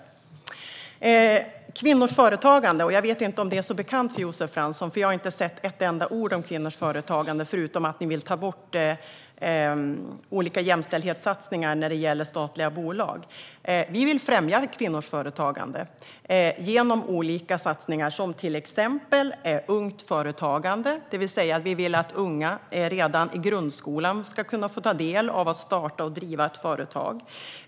Jag börjar med kvinnors företagande. Jag vet inte om det är så bekant för Josef Fransson, för jag har inte sett ett enda ord om kvinnors företagande förutom att ni vill ta bort olika jämställdhetssatsningar när det gäller statliga bolag. Vi vill främja kvinnors företagande genom olika satsningar, till exempel ungt företagande. Vi vill att unga redan i grundskolan ska få ta del av att starta och driva ett företag.